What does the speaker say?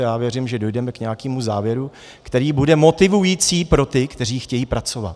Já věřím, že dojdeme k nějakému závěru, který bude motivující pro ty, kteří chtějí pracovat.